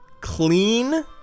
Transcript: Clean